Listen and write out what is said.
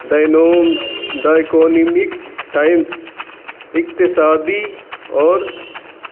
the the economic times اقتصادی اور